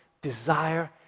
desire